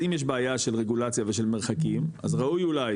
אז אם יש בעיה של רגולציה ושל מרחקים אז ראוי אולי